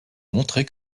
montrer